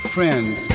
Friends